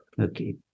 Okay